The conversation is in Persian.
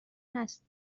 هست